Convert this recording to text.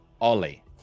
Ollie